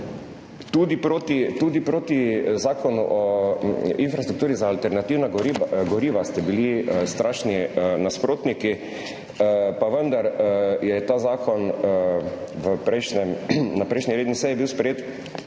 tudi proti Zakonu o infrastrukturi za alternativna goriva, bili ste strašni nasprotniki, pa vendar je ta zakon sprejet na prejšnji redni seji in je